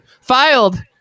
filed